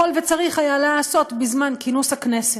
יכול וצריך היה להיעשות בזמן כינוס הכנסת.